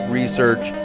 research